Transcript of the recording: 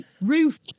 Ruth